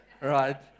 Right